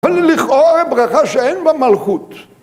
ואללה(?) לכאורה הרי ברכה שאין בה מלכות